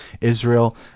Israel